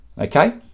okay